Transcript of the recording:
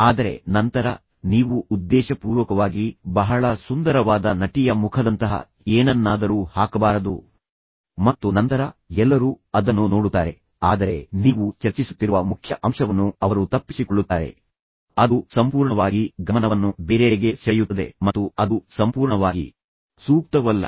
ಆದರೆ ನಂತರ ನೀವು ಉದ್ದೇಶಪೂರ್ವಕವಾಗಿ ಬಹಳ ಸುಂದರವಾದ ನಟಿಯ ಮುಖದಂತಹ ಏನನ್ನಾದರೂ ಹಾಕಬಾರದು ಮತ್ತು ನಂತರ ಎಲ್ಲರೂ ಅದನ್ನು ನೋಡುತ್ತಾರೆ ಆದರೆ ನೀವು ಚರ್ಚಿಸುತ್ತಿರುವ ಮುಖ್ಯ ಅಂಶವನ್ನು ಅವರು ತಪ್ಪಿಸಿಕೊಳ್ಳುತ್ತಾರೆ ಅದು ಸಂಪೂರ್ಣವಾಗಿ ಗಮನವನ್ನು ಬೇರೆಡೆಗೆ ಸೆಳೆಯುತ್ತದೆ ಮತ್ತು ಅದು ಸಂಪೂರ್ಣವಾಗಿ ಸೂಕ್ತವಲ್ಲ